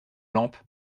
lampe